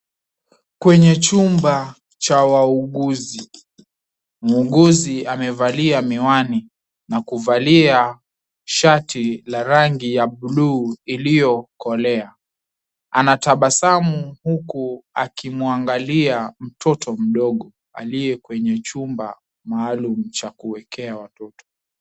Kwenye chumba cha wauguzi, muuguzi amevalia miwani na kuvalia shati la rangi ya bluu iliyokolea. Anatabasamu huku akimwangalia mtoto mdogo aliye kwenye chumba maalum cha kuekea watoto.